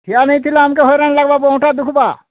ଠିଆ ନାଇଁଥିଲେ ଆମକେ ହଇରାଣ୍ ଲାଗ୍ବୋ ଅଣ୍ଟା ଦୁଖବା